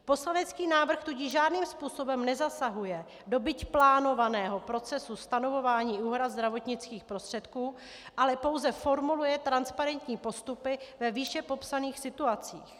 Poslanecký návrh tudíž žádným způsobem nezasahuje do byť plánovaného procesu stanovování úhrad zdravotnických prostředků, ale pouze formuluje transparentní postupy ve výše popsaných situacích.